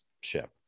ship